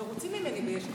מרוצים ממני ביש עתיד.